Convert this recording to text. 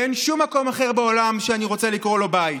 ואין שום מקום אחר בעולם שאני רוצה לקרוא לו בית.